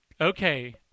okay